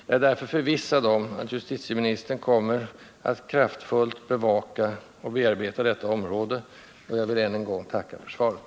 Jag är därför förvissad om att justitieministern kommer att kraftfullt bevaka och bearbeta detta område. Jag vill än en gång tacka för svaret.